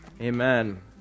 Amen